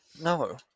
No